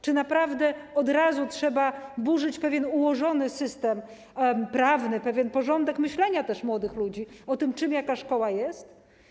Czy naprawdę od razu trzeba burzyć pewien ułożony system prawny, pewien porządek myślenia młodych ludzi o tym, czym jaka szkoła jest?